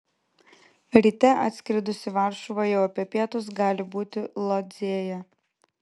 ryte atskridus į varšuvą jau apie pietus gali būti lodzėje